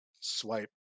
swipe